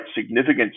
significant